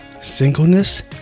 singleness